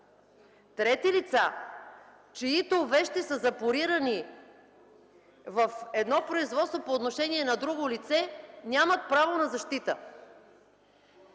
Трети лица, чиито вещи са запорирани в производство по отношение на друго лице, нямат право на защита.